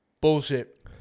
Bullshit